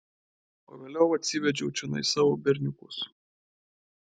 o vėliau atsivedžiau čionai savo berniukus